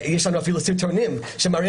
זאת בעיה